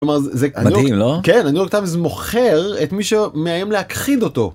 הניו יורק טיימס מוכר את מי שמאיים להכחיד אותו.